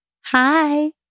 Hi